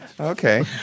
Okay